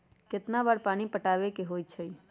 कितना बार पानी पटावे के होई छाई?